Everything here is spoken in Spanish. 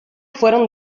fueron